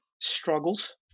struggles